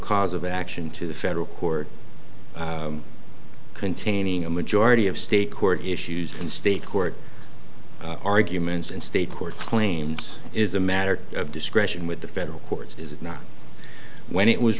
cause of action to the federal court containing a majority of state court issues and state court arguments and state court claims is a matter of discretion with the federal courts is it not when it was